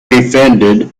defended